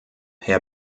herr